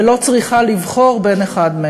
ולא צריכה לבחור ביניהם, אחד מהם.